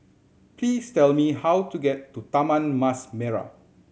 please tell me how to get to Taman Mas Merah